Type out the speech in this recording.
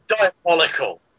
diabolical